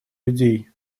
людей